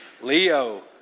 Leo